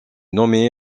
nommée